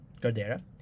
Gardera